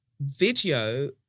video